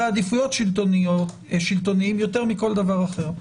עדיפויות שלטוניים יותר מכל דבר אחר.